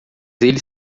eles